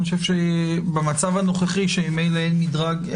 במצב הנוכחי שממילא אין מדרג,